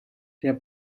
der